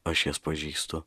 aš jas pažįstu